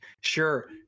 sure